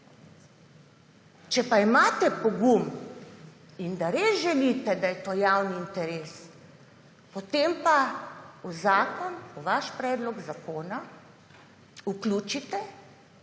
Če pa imate pogum in da res želite, da je to javni interes, potem pa v zakon, v vaš predlog zakona vključite,